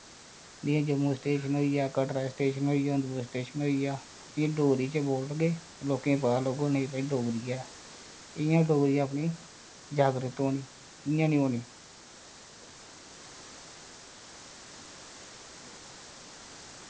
जि'यां जम्मू स्टेशन होइया कटरा स्टेशन होइया उधमपुर स्टेशन होइया एह् डोगरी चें बोलगे लोकें गी पता लग्गग कि आं भई एह् डोगरी ऐ इंया डोगरी अपनी जागृत होनी इंया निं होनी